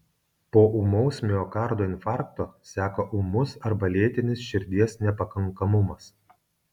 po ūmaus miokardo infarkto seka ūmus arba lėtinis širdies nepakankamumas